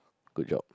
good job